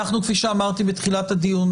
כפי שאמרתי בתחילת הדיון,